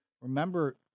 remember